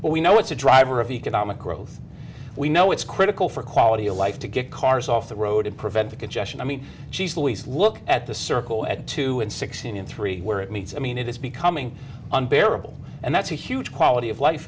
but we know what's a driver of economic growth we know it's critical for quality of life to get cars off the road and prevent the congestion i mean she's always look at the circle at two and sixteen and three where it meets i mean it is becoming unbearable and that's a huge quality of life